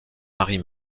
marie